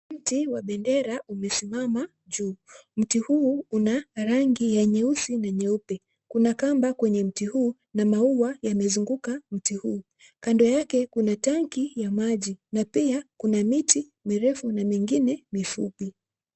Mti wa bendera umesimama juu. Mti huu una rangi ya nyeusi na nyeupe. Kuna kamba kwenye mti huu na maua yamezunguka mti huu. Kando yake kuna tank ya maji na pia kuna miti mirefu na mingine mifupi.